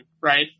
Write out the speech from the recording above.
right